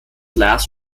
last